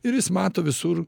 ir jis mato visur